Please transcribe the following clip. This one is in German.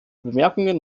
bemerkungen